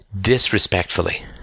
disrespectfully